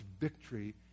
victory